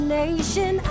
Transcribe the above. nation